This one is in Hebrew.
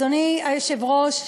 אדוני היושב-ראש,